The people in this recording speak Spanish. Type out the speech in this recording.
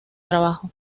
trabajo